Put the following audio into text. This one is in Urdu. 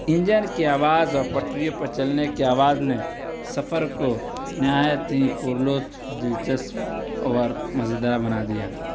انجن کی آواز اور پٹریوں پر چلنے کی آواز نے سفر کو نہایت ہی پر لطف دلچسپ اور مزیدار بنا دیا